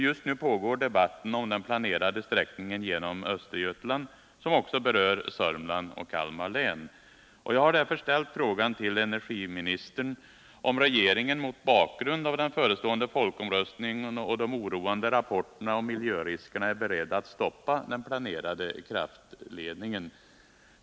Just nu pågår debatten om den planerade sträckningen genom Östergötland, som också berör Sörmlands och Kalmar län. Jag har därför ställt frågan till energiministern, om regeringen mot bakgrund av den förestående folkomröstningen och de oroande rapporterna om miljöriskerna är beredd att stoppa den planerade kraftledningen.